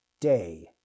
day